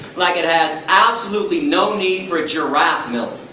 like it has absolutely no need for giraffe milk.